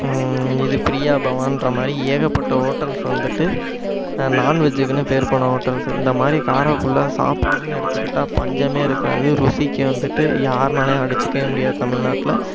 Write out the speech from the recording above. இது பிரியாபவன்ற மாதிரி ஏகப்பட்ட ஹோட்டல்ஸ் வந்துவிட்டு நான்வெஜ்ஜுக்குன்னு பேர் போன ஹோட்டல்ஸ் இந்த மாதிரி காரைக்குடில சாப்பாடுன்னு எடுத்துக்கிட்டால் பஞ்சமே இருக்காது ருசிக்கு வந்துவிட்டு யாருன்னாலேயும் அடித்துக்கவே முடியாது தமிழ்நாட்டில்